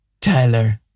Tyler